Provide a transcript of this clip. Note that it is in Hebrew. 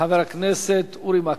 חבר הכנסת אורי מקלב.